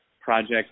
project